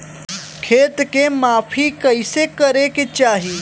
खेत के माफ़ी कईसे करें के चाही?